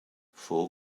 four